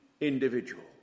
individual